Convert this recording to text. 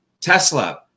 Tesla